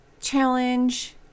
challenge